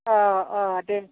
अह अह दे